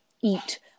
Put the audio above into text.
eat